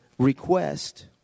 Request